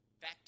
Back